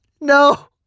No